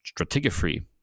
stratigraphy